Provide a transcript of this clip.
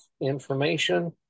information